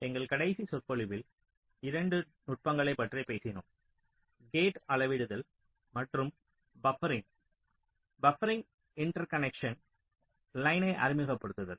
எங்கள் கடைசி சொற்பொழிவில் 2 நுட்பங்களைப் பற்றி பேசினோம் கேட் அளவிடுதல் மற்றும் பப்பரிங் பப்பரிங் இன்டர்கனெக்ஷன் லைனை அறிமுகப்படுத்துதல்